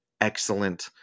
excellent